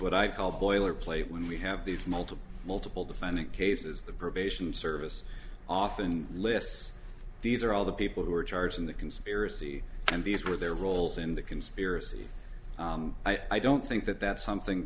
what i call boilerplate when we have these multiple multiple defendant cases the probation service often lists these are all the people who are charged in the conspiracy and these were their roles in the conspiracy i don't think that that's something